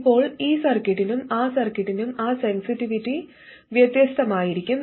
ഇപ്പോൾ ഈ സർക്യൂട്ടിനും ആ സർക്യൂട്ടിനും ആ സെൻസിറ്റിവിറ്റി വ്യത്യസ്തമായിരിക്കും